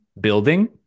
building